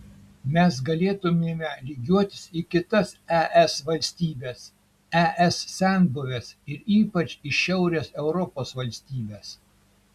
mes galėtumėme lygiuotis į kitas es valstybes es senbuves ir ypač į šiaurės europos valstybes